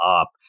up